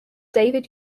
david